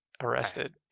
arrested